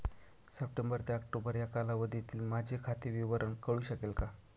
September ते October या कालावधीतील माझे खाते विवरण कळू शकेल का?